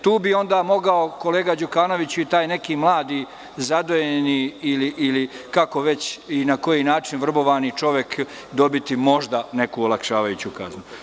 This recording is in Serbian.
Tu bi onda mogao kolega Đukanović, taj neki mladi zadojeni ili kako već i na koji način, vrbovani čovek dobiti možda neku olakšavajuću kaznu.